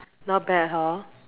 not bad hor